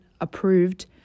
approved